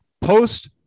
post